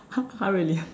!huh! really